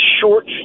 short